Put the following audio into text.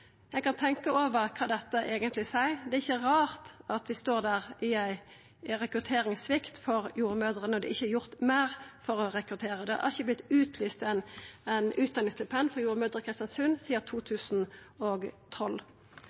kan tenkja over kva dette eigentleg seier. Det er ikkje rart at vi står der med rekrutteringssvikt for jordmødrer når det ikkje er gjort meir for å rekruttera. Det har ikkje vore utlyst utdanningsstipend for jordmødrer i Kristiansund sidan 2012.